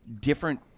different